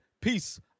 Peace